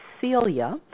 Celia